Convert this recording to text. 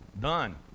done